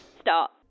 Start